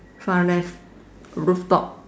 far left roof top